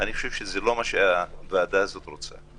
אני חושב שזה לא מה שהוועדה הזאת רוצה.